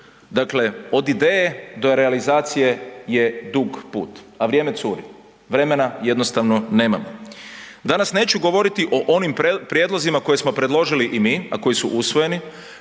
dakle od ideje do realizacije je dug put, a vrijeme curi, vremena jednostavno nema. Danas neću govoriti o onim prijedlozima koje smo predložili i mi, a koji su usvojeni,